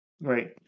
Right